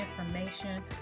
information